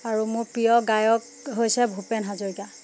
আৰু মোৰ প্ৰিয় গায়ক হৈছে ভূপেন হাজৰিকা